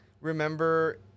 remember